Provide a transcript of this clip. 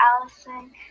Allison